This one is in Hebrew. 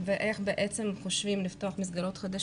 ואיך בעצם חושבים לפתוח מסגרות,